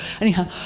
Anyhow